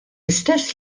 istess